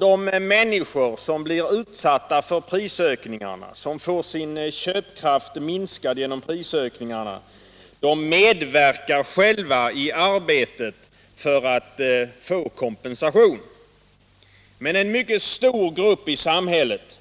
De människor som blir berörda av prisökningarna, som får sin köpkraft minskad genom prisökningarna, medverkar själva i arbetet för att få kompensation. Men en mycket stor grupp i samhället